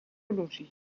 logis